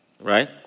Right